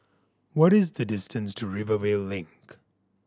what is the distance to Rivervale Link